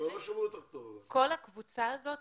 כל הקבוצה הזאת